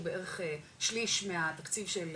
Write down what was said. הוא בערך שליש מהתקציב של